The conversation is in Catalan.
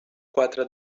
quatre